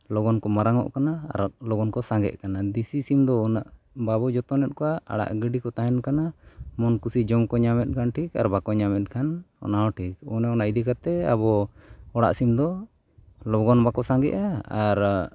ᱞᱚᱜᱚᱱ ᱠᱚ ᱢᱟᱨᱟᱝᱚᱜ ᱠᱟᱱᱟ ᱟᱨ ᱞᱚᱜᱚᱱ ᱠᱚ ᱥᱟᱸᱜᱮᱜ ᱠᱟᱱᱟ ᱫᱮᱥᱤ ᱥᱤᱢ ᱫᱚ ᱩᱱᱟᱹᱜ ᱵᱟᱵᱚᱱ ᱡᱚᱛᱚᱱᱮᱜ ᱠᱚᱣᱟ ᱟᱲᱟᱜ ᱜᱤᱰᱤ ᱠᱚ ᱛᱟᱦᱮᱱ ᱠᱟᱱᱟ ᱢᱚᱱ ᱠᱷᱩᱥᱤ ᱡᱚᱢ ᱠᱚ ᱧᱟᱢᱮᱜ ᱠᱷᱟᱱ ᱴᱷᱤᱠ ᱟᱨ ᱵᱟᱠᱚ ᱧᱟᱢᱮᱜ ᱠᱷᱟᱱ ᱚᱱᱟ ᱦᱚᱸ ᱴᱷᱤᱠ ᱚᱱ ᱚᱱᱟ ᱤᱫᱤ ᱠᱟᱛᱮᱫ ᱟᱵᱚ ᱚᱲᱟᱜ ᱥᱤᱢ ᱫᱚ ᱞᱚᱜᱚᱱ ᱵᱟᱠᱚ ᱥᱟᱸᱜᱮᱜᱼᱟ ᱟᱨ